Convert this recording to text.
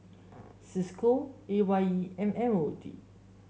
Cisco A Y E and M O D